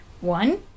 one